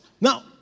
Now